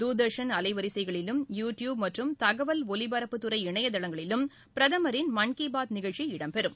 தூர்தர்ஷன் அலைவரிசைகளிலும் YouTube மற்றும் தகவல் ஒலிபரப்புத்துறை இணையதளங்களிலும் பிரதமரின் மன் கி பாத் நிகழ்ச்சி இடம் பெறம்